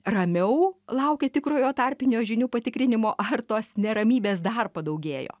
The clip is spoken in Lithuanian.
ramiau laukia tikrojo tarpinio žinių patikrinimo ar tos neramybės dar padaugėjo